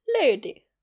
lady